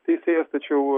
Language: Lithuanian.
teisėjas tačiau